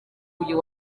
uyu